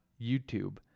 YouTube